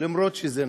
למרות שזה נכון.